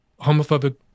homophobic